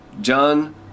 John